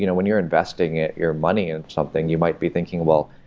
you know when you're investing it, your money in something, you might be thinking, well,